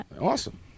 Awesome